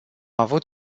avut